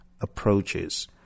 approaches